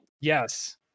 Yes